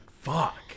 Fuck